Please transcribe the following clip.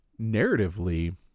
Narratively